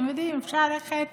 אתם יודעים, אפשר ללכת